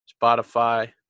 Spotify